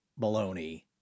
baloney